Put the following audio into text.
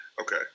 Okay